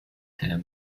him